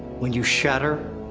when you shatter,